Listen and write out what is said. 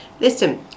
listen